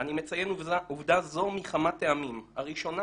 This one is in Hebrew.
אני מציין עובדה זו מכמה טעמים: הראשונה,